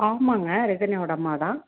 ஆமாம்ங்க ரிதன்யாவோட அம்மா தான்